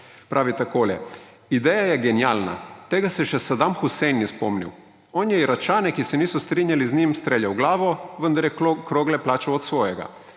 Pravi takole: »Ideja je genialna. Tega se še Sadam Husein ni spomnil. On je Iračane, ki se niso strinjali z njim, streljal v glavo, vendar je krogle plačal od svojega.